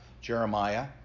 Jeremiah